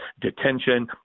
detention